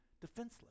defenseless